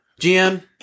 GM